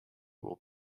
will